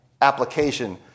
application